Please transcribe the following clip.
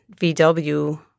VW